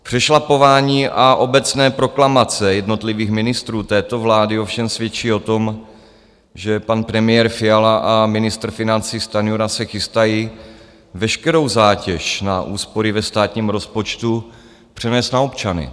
Přešlapování a obecné proklamace jednotlivých ministrů této vlády ovšem svědčí o tom, že pan premiér Fiala a ministr financí Stanjura se chystají veškerou zátěž na úspory ve státním rozpočtu přenést na občany.